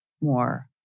more